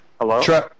hello